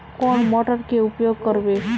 कौन मोटर के उपयोग करवे?